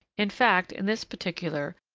in fact, in this particular,